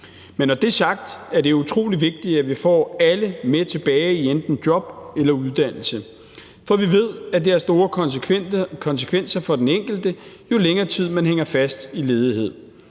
Men når det er sagt, er det utrolig vigtigt, at vi får alle med tilbage i enten job eller uddannelse, for vi ved, at det har store konsekvenser for den enkelte, jo længere tid man hænger fast i ledighed.